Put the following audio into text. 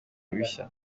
ibishya